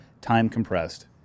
time-compressed